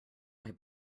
why